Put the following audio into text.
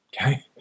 Okay